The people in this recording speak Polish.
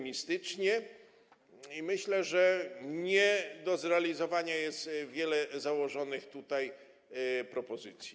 Myślę, że nie do zrealizowania jest wiele założonych tutaj propozycji.